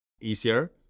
easier